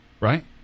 right